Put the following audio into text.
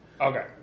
Okay